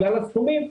בגלל הסכומים,